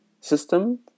system